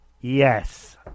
Yes